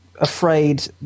afraid